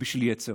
ועל יצר.